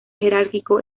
jerárquico